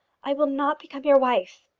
i will not become your wife.